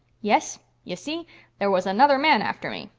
yes. y'see, there was another man after me.